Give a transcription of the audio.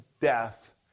death